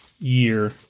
year